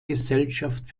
gesellschaft